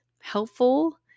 helpful